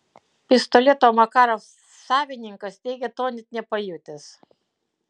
pistoleto makarov savininkas teigia to net nepajutęs